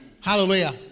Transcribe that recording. Hallelujah